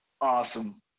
Awesome